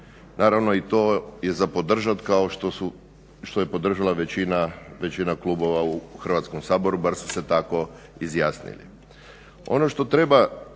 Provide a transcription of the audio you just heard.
Naravno, i to je za podržat kao što je podržala većina klubova u Hrvatskom saboru, bar su se tako izjasnili.